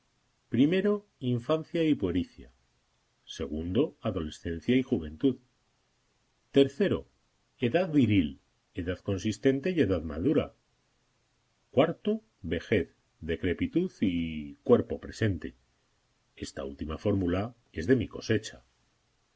o infancia y puericia o adolescencia y juventud o edad viril edad consistente y edad madura o vejez decrepitud y cuerpopresente esta última fórmula es de mi cosecha